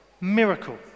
miracle